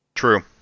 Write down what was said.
true